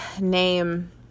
name